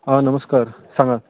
आं नमस्कार सांगात